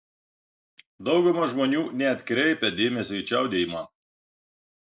dauguma žmonių neatkreipia dėmesio į čiaudėjimą